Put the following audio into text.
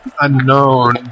unknown